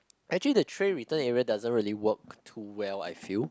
actually the tray return area doesn't really work too well I feel